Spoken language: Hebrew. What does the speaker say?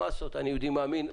אני יהודי מאמין,